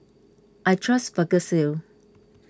I trust Vagisil